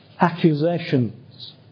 accusations